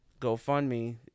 GoFundMe